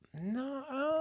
No